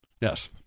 Yes